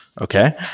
Okay